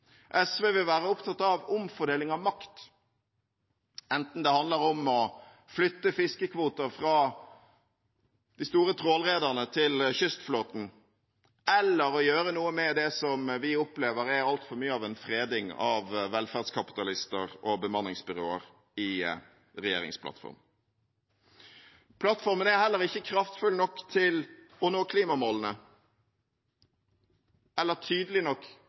SV vil være opptatt av omfordeling av makt, enten det handler om å flytte fiskekvoter fra de store trålerrederne til kystflåten eller å gjøre noe med det som vi opplever er altfor mye av en fredning av velferdskapitalister og bemanningsbyråer i regjeringsplattformen. Plattformen er heller ikke kraftfull nok til å nå klimamålene eller tydelig nok